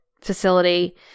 facility